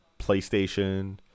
PlayStation